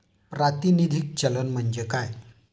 प्रातिनिधिक चलन म्हणजे काय?